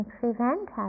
prevent